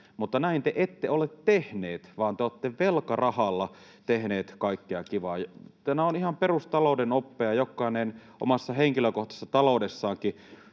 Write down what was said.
Mutta näin te ette ole tehneet, vaan te olette velkarahalla tehneet kaikkea kivaa. Nämä ovat ihan perustalouden oppeja. Jokainen omassa henkilökohtaisessa taloudessaankin